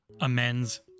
Amends